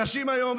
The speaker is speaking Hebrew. אנשים היום,